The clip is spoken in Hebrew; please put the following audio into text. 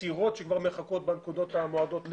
סירות שכבר מחכות בנקודות המועדות לפורענות.